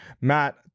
Matt